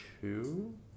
two